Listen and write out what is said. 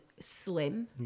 slim